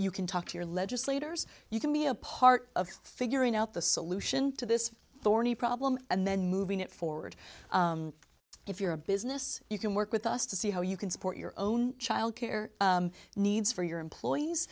you can talk to your legislators you can be a part of figuring out the solution to this thorny problem and then moving it forward if you're a business you can work with us to see how you can support your own childcare needs for your